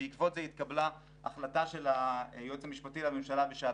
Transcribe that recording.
ובעקבות זה התקבלה החלטה של היועץ המשפטי לממשלה בשעתו,